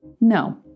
No